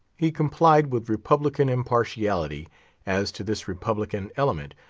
he complied, with republican impartiality as to this republican element,